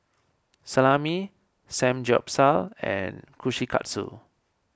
Salami Samgyeopsal and Kushikatsu